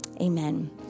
Amen